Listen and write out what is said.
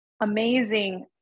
amazing